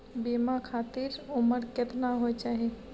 बीमा खातिर उमर केतना होय चाही?